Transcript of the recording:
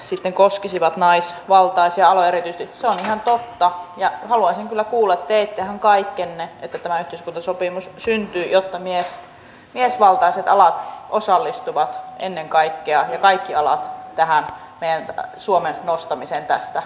sitten koskisivat naisvaltaisia aloja yritys on ihan työ ja elinkeinoministeriöllä on edessään iso urakka selkeyttäessään tulkintaa sivutoimisen ja päätoimisen yrittäjyyden välillä tähänastisten itsensä työllistäjien osalta jotka eivät oikein selkeästi ole kumpaakaan